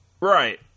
Right